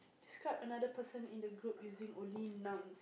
describe another person in the group using only nouns